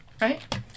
right